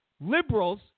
liberals